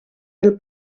del